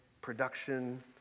production